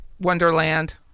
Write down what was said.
wonderland